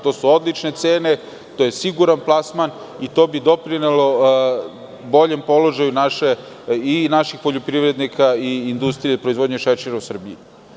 To su odlične cene, to je siguran plasman i to bi doprinelo boljem položaju i naših poljoprivrednika i industrijske proizvodnje šećera u Srbiji.